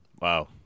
Wow